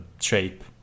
shape